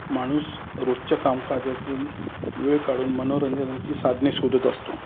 माणूस रोजच्या कामकाजातून वेळ काढून मनोरंजनाची साधने शोधत असतो